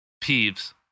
Peeves